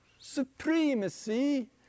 supremacy